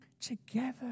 together